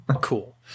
Cool